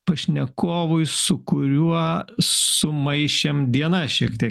pašnekovui su kuriuo sumaišėm dienas šiek tiek